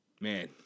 man